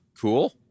cool